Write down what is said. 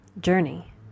journey